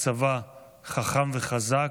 הצבא חכם וחזק,